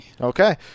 Okay